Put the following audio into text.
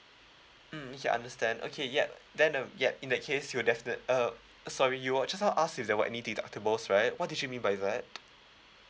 mm okay understand okay yup then uh yup in that case you're definite~ uh sorry you were just now asked if there were any deductibles right what did you mean by that